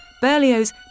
Berlioz